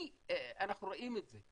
כי אנחנו רואים את זה,